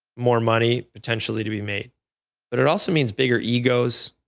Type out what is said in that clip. more money potentially to be made but it also means bigger egos,